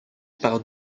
par